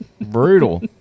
Brutal